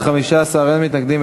אני מבין שאף אחד לא מעוניין.